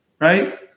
right